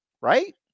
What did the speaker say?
right